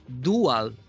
dual